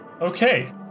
Okay